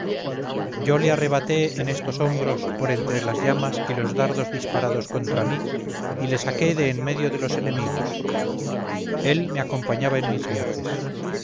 yo le arrebaté en estos hombros por entre las llamas y los dardos disparados contra mí y le saqué de en medio de los enemigos él me acompañaba en mis viajes